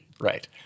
Right